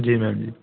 जी ma'am जी